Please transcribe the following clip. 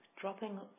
dropping